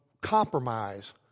compromise